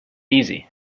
easy